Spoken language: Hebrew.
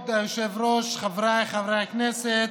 כבוד היושב-ראש, חבריי חברי הכנסת,